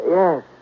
yes